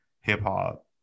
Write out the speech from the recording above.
hip-hop